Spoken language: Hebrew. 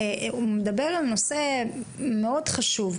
נושא מאוד חשוב.